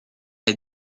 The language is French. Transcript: est